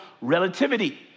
relativity